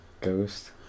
ghost